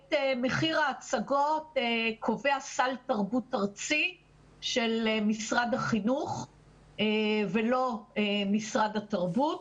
את מחיר ההצגות קובע סל תרבות ארצי של משרד החינוך ולא משרד התרבות,